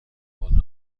خود